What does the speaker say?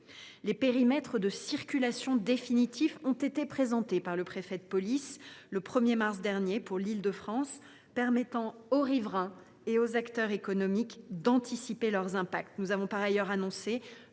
restriction de circulation définitifs ont été présentés par le préfet de police le 1 mars dernier, pour l’Île de France, permettant aux riverains et aux acteurs économiques d’anticiper les impacts.